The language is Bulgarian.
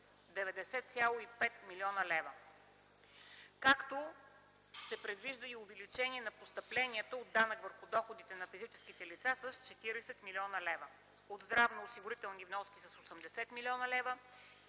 90,5 млн. лв., както се предвижда и увеличение на постъпленията от данък върху доходите на физическите лица с 40 млн. лв.; от здравноосигурителните вноски с 80 млн. лв.